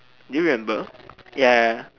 do you remember ya ya ya